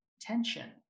tension